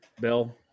Bill